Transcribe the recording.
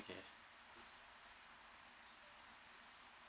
okay